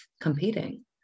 competing